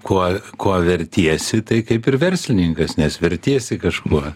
kuo kuo vertiesi tai kaip ir verslininkas nes vertiesi kažkuo